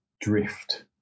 drift